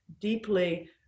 deeply